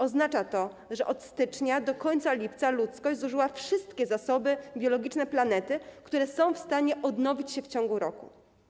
Oznacza to, że od stycznia do końca lipca ludzkość zużyła wszystkie zasoby biologiczne planety, które są w stanie odnowić się w ciągu roku.